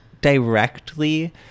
directly